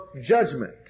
judgment